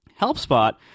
HelpSpot